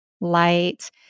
light